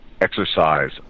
exercise